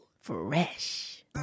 Fresh